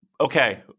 okay